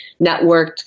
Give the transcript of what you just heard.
networked